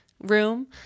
room